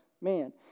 man